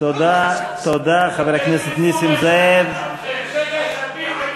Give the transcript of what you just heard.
לכו לסוריה, יטפל בכם.